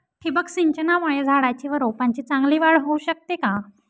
ठिबक सिंचनामुळे झाडाची व रोपांची चांगली वाढ होऊ शकते का?